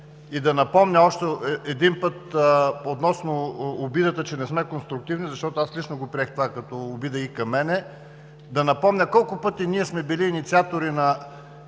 и да напомня още един път относно обидата, че не сме конструктивни, защото аз лично го приех това като обида и към мен, да напомня колко пъти ние сме били инициатори на